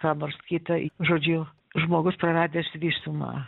ką nors kitą žodžiu žmogus praradęs visumą